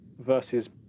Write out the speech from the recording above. versus